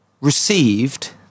received